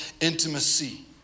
intimacy